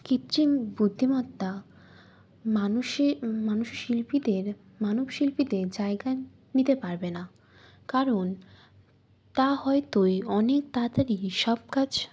কৃত্রিম বুদ্ধিমত্তা মানুষে মানুষ শিল্পীদের মানব শিল্পীদের জায়গা নিতে পারবে না কারণ তা হয়তোই অনেক তাড়াতাড়ি সব কাজ